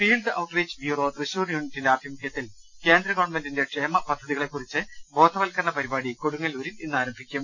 field out reach bureau Thrissur യൂണിറ്റിന്റെ ആഭിമുഖ്യ ത്തിൽ കേന്ദ്ര ഗവൺമെന്റിന്റെ ക്ഷേമ പദ്ധതികളെകുറിച്ച് ബോധവൽക്ക രണ പരിപാടി കൊടുങ്ങല്ലൂരിൽ ഇന്നാരംഭിക്കും